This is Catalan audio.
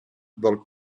del